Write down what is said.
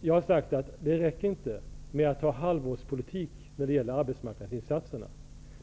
Jag har sagt att det inte räcker med att föra halvårspolitik när det gäller arbetsmarknadsinsatserna.